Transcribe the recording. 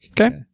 Okay